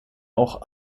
auch